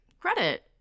credit